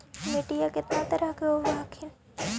मिट्टीया कितना तरह के होब हखिन?